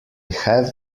have